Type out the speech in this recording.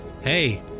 hey